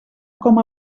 com